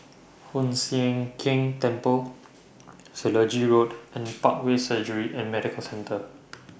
Hoon Sian Keng Temple Selegie Road and Parkway Surgery and Medical Centre